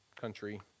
country